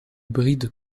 bride